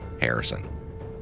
Harrison